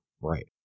Right